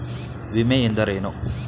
ವಿಮೆ ಎಂದರೇನು?